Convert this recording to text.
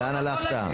לאן הלכת?